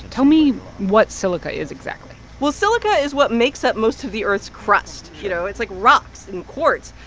tell me what silica is exactly well, silica is what makes up most of the earth's crust. you know, it's like rocks and quartz.